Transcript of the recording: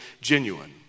genuine